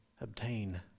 obtain